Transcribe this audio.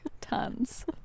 tons